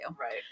Right